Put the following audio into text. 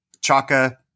Chaka